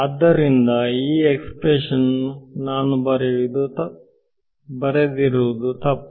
ಆದ್ದರಿಂದ ಈ ಎಕ್ಸ್ಪ್ರೆಷನ್ ನಾನು ಬರೆದಿರುವುದು ತಪ್ಪು